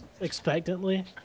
expectantly